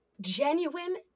genuine